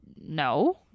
No